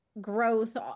growth